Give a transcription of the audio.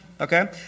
Okay